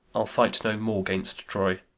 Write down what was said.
i'll fight no more gainst troy.